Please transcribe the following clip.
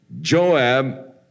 Joab